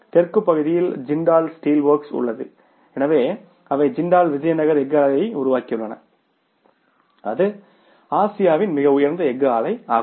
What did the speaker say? தெற்குப் பகுதியில் ஜிண்டால் ஸ்டீல்வொர்க்ஸ் உள்ளது எனவே அவை ஜிண்டால் விஜயநகர் எஃகு ஆலையை உருவாக்கியுள்ளன அது ஆசியாவின் மிக உயர்ந்த எஃகு ஆலை ஆகும்